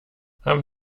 haben